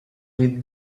with